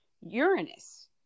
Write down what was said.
Uranus